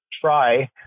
try